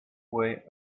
way